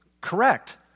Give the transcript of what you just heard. correct